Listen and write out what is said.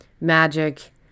magic